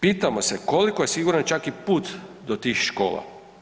Pitamo se koliko je siguran, čak i put do tih škola.